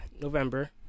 November